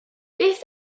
beth